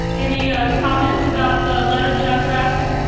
any comments about the letter that i've drafted?